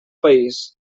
país